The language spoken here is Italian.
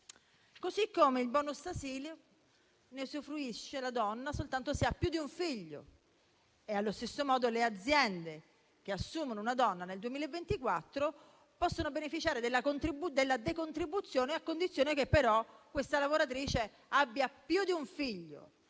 vale per il *bonus* asili: la donna ne usufruisce soltanto se ha più di un figlio. Allo stesso modo, le aziende che assumeranno una donna nel 2024 potranno beneficiare della decontribuzione, a condizione che questa lavoratrice abbia più di un figlio.